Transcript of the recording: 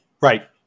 Right